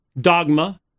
dogma